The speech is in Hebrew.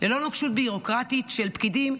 ללא נוקשות ביורוקרטית של פקידים,